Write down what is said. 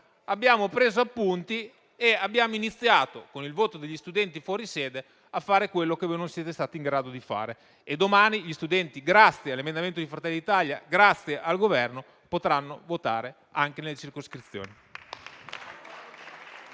abbiamo preso appunti e abbiamo iniziato, con il voto degli studenti fuori sede, a fare quello che voi non siete stati in grado di fare. E domani gli studenti, grazie all'emendamento di Fratelli d'Italia, grazie al Governo, potranno votare anche in altre circoscrizioni.